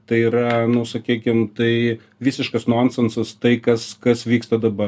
tai yra nu sakykim tai visiškas nonsensas tai kas kas vyksta dabar